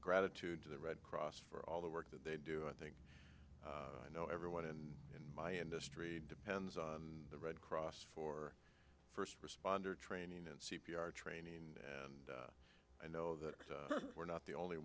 gratitude to the red cross for all the work that they do i think i know everyone in my industry depends on the red cross for first responder training and c p r training and i know that we're not the only